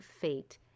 fate